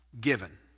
given